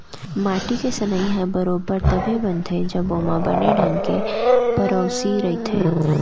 माटी के सनई ह बरोबर तभे बनथे जब ओमा बने ढंग के पेरौसी रइथे